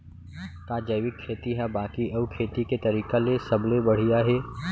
का जैविक खेती हा बाकी अऊ खेती के तरीका ले सबले बढ़िया हे?